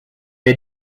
est